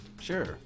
sure